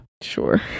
Sure